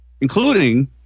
including